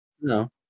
No